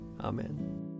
Amen